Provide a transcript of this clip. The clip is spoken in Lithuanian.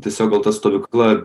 tiesiog gal ta stovykla